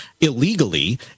illegally